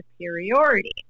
superiority